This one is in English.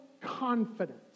confidence